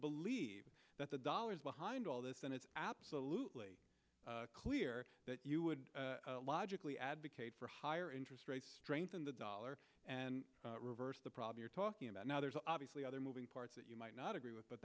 believe that the dollars behind all this and it's absolutely clear that you would logically advocate for higher interest rates strengthen the dollar and reverse the prob you're talking about now there's obviously other moving parts that you might not agree with